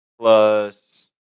plus